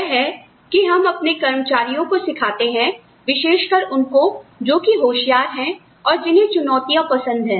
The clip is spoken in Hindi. वह है कि हम अपने कर्मचारियों को सिखाते हैं विशेष कर उनको जो कि होशियार है और जिन्हें चुनौतियाँ पसंद है